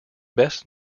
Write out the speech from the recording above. best